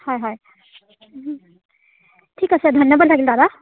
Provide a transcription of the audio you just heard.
হয় হয় ঠিক আছে ধন্যবাদ থাকিল দাদা